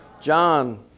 John